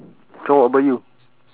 so what about you